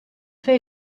fait